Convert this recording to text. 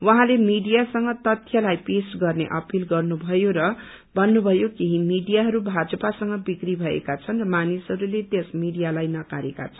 उहाँले मीडियासँग तथ्यलाई पेश गर्ने अपील गर्नुभयो र भन्नुभयो केही मीडियाहरू भाजपासँग बिक्री भएका छन् र मानिसहरूले त्यस मीडियालाई नकारेका छन्